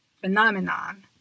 phenomenon